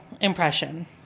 impression